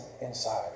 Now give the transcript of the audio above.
inside